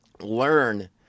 learn